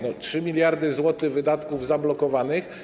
No, 3 mld zł wydatków zablokowanych.